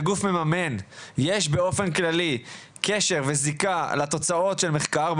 מממן יש באופן כללי קשר וזיקה לתוצאות של מחקר,